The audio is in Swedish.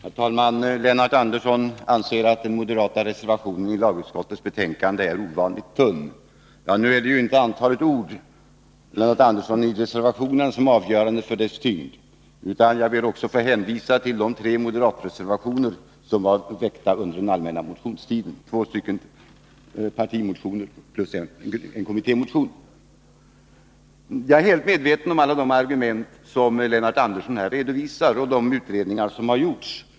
Herr talman! Lennart Andersson anser att den moderata reservationen i lagutskottets betänkande är ovanligt tunn. Nu är det inte antalet ord i reservationen, Lennart Andersson, som är avgörande för dess tyngd. Jag ber också att få hänvisa till de tre moderatmotioner som väcktes under den allmänna motionstiden — två partimotioner och en kommittémotion. Jag är helt medveten om alla de argument som Lennart Andersson redovisar och om de utredningar som har gjorts.